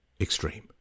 extreme